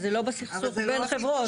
אבל זה לא בסכסוך בין חברות.